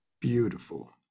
beautiful